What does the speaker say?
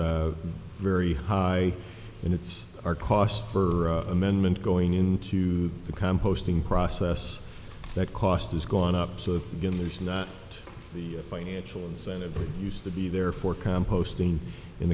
but very high and it's our cost for amendment going into the composting process that cost has gone up so again there's not the financial incentive that used to be there for composting in